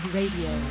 Radio